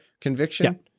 conviction